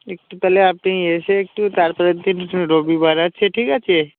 একটু তালে আপনি এসে একটু তারপরের দিন রবিবার আছে ঠিক আছে